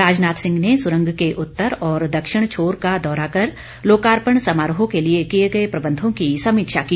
राजनाथ सिंह ने सुरंग के उत्तर और दक्षिण छोर का दौरा कर लोकार्पण समारोह के लिए किए गए प्रबंधों की समीक्षा की